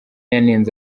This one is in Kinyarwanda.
yanenze